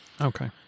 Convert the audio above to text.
Okay